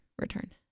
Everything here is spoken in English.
return